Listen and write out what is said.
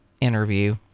interview